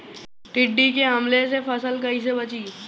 टिड्डी के हमले से फसल कइसे बची?